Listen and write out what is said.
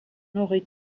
aurait